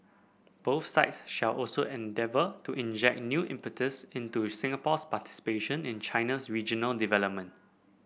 both sides shall also endeavour to inject new impetus into Singapore's participation in China's regional development